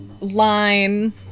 line